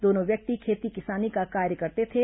दोनों व्यक्ति खेती किसानी का कार्य करते थे